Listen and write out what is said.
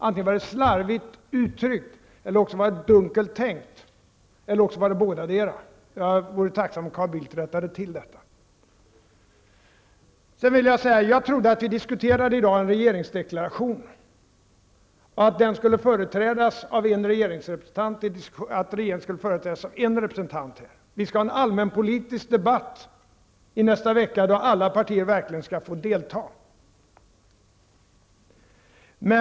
Antingen var det slarvigt uttryckt eller så var det dunkelt tänkt eller bådadera. Jag vore tacksam om Carl Bildt rättade till detta. Jag trodde att vi i dag diskuterade en regeringsdeklaration och att regeringen skulle företrädas av en representant. Vi skall i nästa vecka föra en allmänpolitisk debatt där alla partier skall få delta.